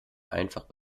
einfach